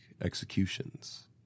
executions